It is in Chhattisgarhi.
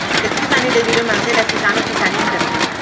खेती किसानी ले जुरे मनसे ल किसान अउ किसानिन कथें